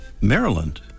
Maryland